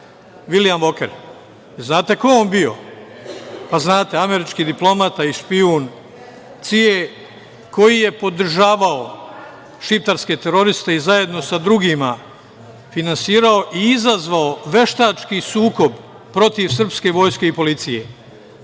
Vilijam Voker? Znate li ko je on bio? Znate, američki diplomata i špijun CIA koji je podržavao šiptarske teroriste i zajedno sa drugima finansirao i izazvao veštački sukob protiv srpske vojske i policije.